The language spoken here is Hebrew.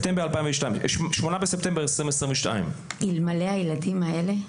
מ-8 בספטמבר 2022. אלמלא הילדים האלה,